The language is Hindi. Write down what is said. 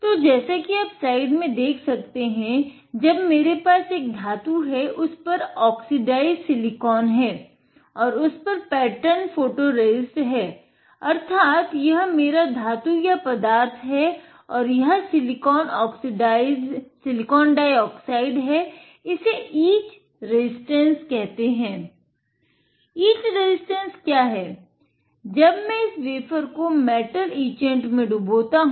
तो जैसा कि आप स्लाइड में देखते हैं जब मेरे पास धातु है उस पर ओक्सीडाईजड सिलिकॉन है अर्थात यह मेरा धातु या पदार्थ है और यह सिलिकॉन डाईओक्सैजड है